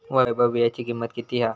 वैभव वीळ्याची किंमत किती हा?